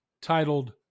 titled